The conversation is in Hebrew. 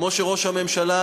כמו שראש הממשלה